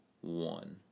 one